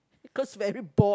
because very bored